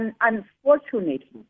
unfortunately